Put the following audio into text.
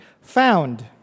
found